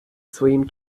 своїм